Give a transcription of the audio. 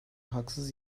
haksız